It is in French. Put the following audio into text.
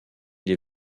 les